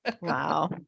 Wow